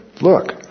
look